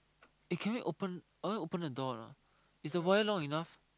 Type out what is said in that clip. eh can we open I want to open the door lah is the wire long enough